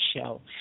show